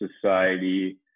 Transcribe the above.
society